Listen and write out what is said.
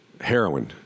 heroin